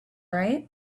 right